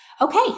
okay